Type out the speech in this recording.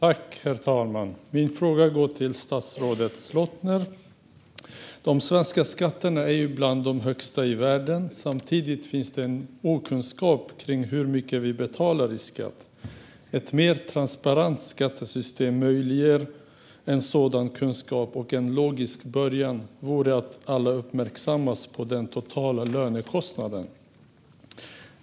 Herr talman! Min fråga går till statsrådet Slottner. De svenska skatterna är ju bland de högsta i världen. Samtidigt finns det en okunskap om hur mycket vi betalar i skatt. Ett mer transparent skattesystem skulle möjliggöra kunskap om detta, och en logisk början vore att alla uppmärksammas på den totala lönekostnaden.